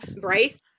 Bryce